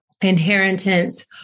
inheritance